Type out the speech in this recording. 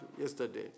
yesterday